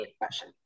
question